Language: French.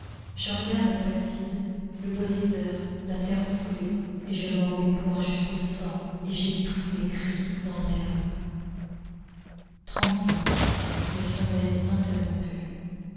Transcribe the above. je regarde la place vide le bois désert la terre foulée et je mords mes poings jusqu'au sang et j'étouffe mes cris dans l'herbe le sommeil interrompu